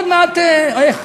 איך?